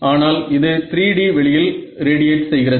ஆனால் இது 3D வெளியில் ரேடியேட் செய்கிறது